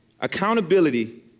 Accountability